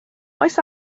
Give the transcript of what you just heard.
oes